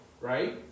Right